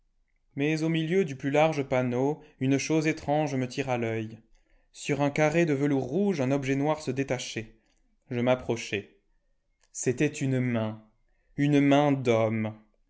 mais au milieu du plus large panneau une chose étrange me tira l'oeil sur un carré de velours rouge un objet noir se détachait je m'approchai c'était une main une main d'homme